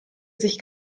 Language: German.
sich